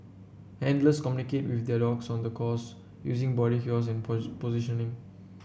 handlers communicate with their dogs on the course using body cures and positioning